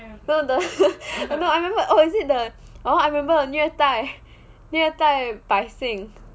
further no I remember oh is it the orh I remember 虐待虐待百姓